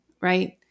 Right